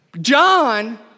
John